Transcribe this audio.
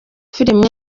film